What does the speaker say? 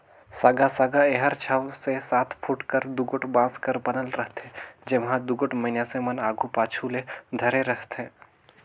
साँगा साँगा एहर छव ले सात फुट कर दुगोट बांस कर बनल रहथे, जेम्हा दुगोट मइनसे मन आघु पाछू ले धरे रहथे